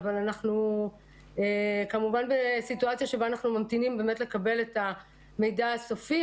אבל כמובן בסיטואציה שבה אנחנו ממתינים באמת לקבל המידע הסופי.